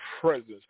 presence